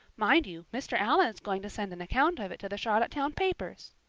mind you, mr. allan is going to send an account of it to the charlottetown papers.